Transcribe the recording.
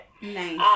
Nice